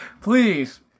please